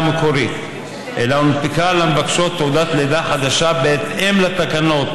המקורית אלא הונפקה למבקשות תעודת לידה בהתאם לתקנות,